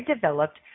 developed